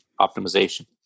optimization